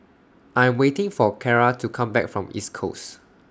I Am waiting For Clara to Come Back from East Coast